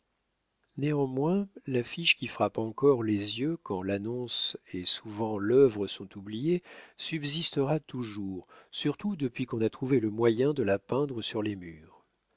néanmoins l'affiche qui frappe encore les yeux quand l'annonce et souvent l'œuvre sont oubliées subsistera toujours surtout depuis qu'on a trouvé le moyen de la peindre sur les murs